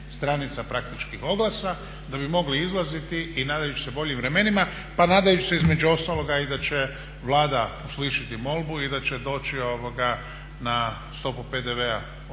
stranica praktičkih oglasa da bi mogli izlaziti i nadajući se boljim vremenima pa nadaju se između ostaloga i da će Vlada uslišiti molbu i da će doći na stopu PDV-a od 5%.